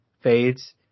fades